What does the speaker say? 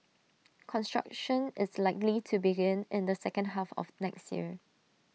construction is likely to begin in the second half of next year